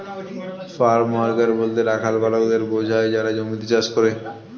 farm worker বলতে রাখাল বালকদের বোঝায় যারা জমিতে চাষ করে